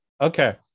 Okay